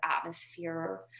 atmosphere